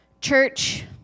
Church